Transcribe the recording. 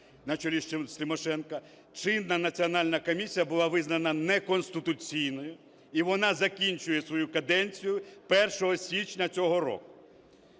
чинна національна комісія була визнана неконституційною і вона закінчує свою каденцію 1 січня цього року.